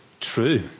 true